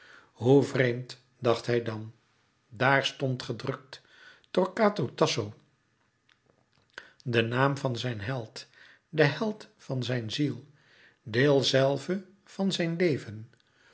hoe vreemd dacht hij dan daar stond gedrukt torquato tasso de naam van zijn held de held van zijn ziel deel zelve van zijn leven